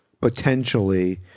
potentially